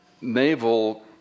Naval